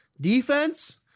Defense